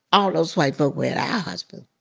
all those white folk were at our hospital.